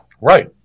Right